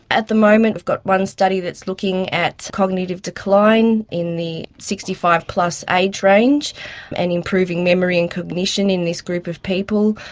at the moment we've got one study that's looking at cognitive decline in the sixty five plus age range and improving memory and cognition in this group of people.